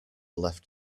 left